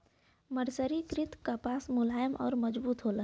मर्सरीकृत कपास मुलायम आउर मजबूत होला